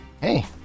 hey